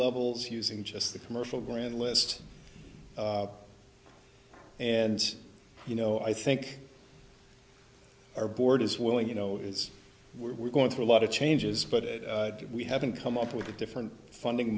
levels using just the commercial grant list and you know i think our board is willing you know it's we're going through a lot of changes but it we haven't come up with a different funding